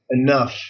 enough